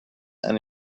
and